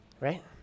Right